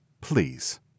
Please